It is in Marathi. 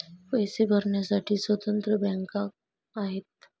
पैसे भरण्यासाठी स्वतंत्र बँका आहेत